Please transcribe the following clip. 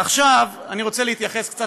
עכשיו אני רוצה להתייחס קצת